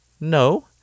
no